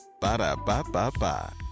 Ba-da-ba-ba-ba